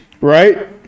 Right